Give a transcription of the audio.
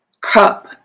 cup